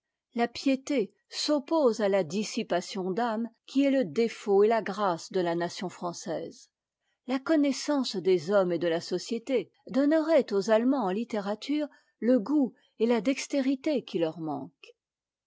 la piété s'oppose à la dissipation d'âme qui est le défaut et la grâce de la nation française la connaissance des hommes et de la société donnerait auxallemands en littérature le goût et la dextérité qui leur manquent